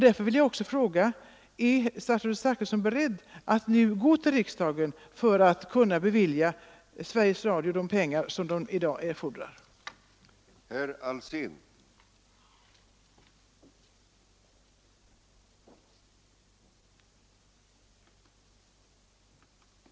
Därför vill jag också fråga statsrådet Zachrisson, om han är beredd att nu gå till riksdagen för att anhålla om tillstånd att bevilja Sveriges Radio de pengar som i dag erfordras för företaget.